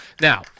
Now